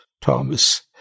Thomas